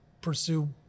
pursue